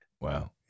Wow